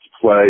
play